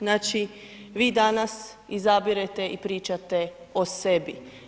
Znači, vi danas izabirete i pričate o sebi.